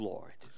Lord